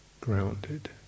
Grounded